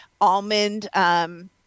almond